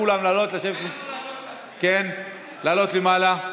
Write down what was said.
כולם לעלות לשבת, לעלות למעלה.